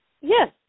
Yes